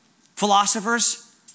philosophers